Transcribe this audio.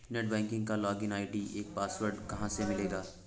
Net banking का login ID एवं password कहाँ से मिलेगा?